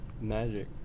Magic